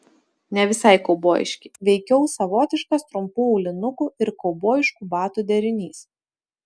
ne visai kaubojiški veikiau savotiškas trumpų aulinukų ir kaubojiškų batų derinys